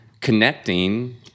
connecting